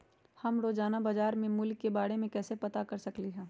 हम रोजाना बाजार के मूल्य के के बारे में कैसे पता कर सकली ह?